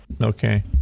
Okay